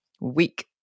week